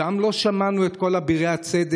שם לא שמענו את כל אבירי הצדק,